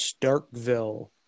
Starkville